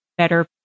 better